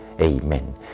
Amen